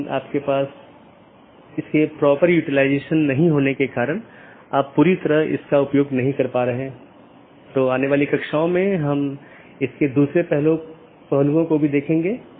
इसलिए हम बाद के व्याख्यान में इस कंप्यूटर नेटवर्क और इंटरनेट प्रोटोकॉल पर अपनी चर्चा जारी रखेंगे